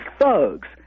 thugs